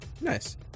nice